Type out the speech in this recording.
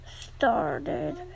started